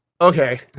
Okay